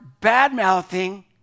bad-mouthing